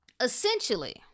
essentially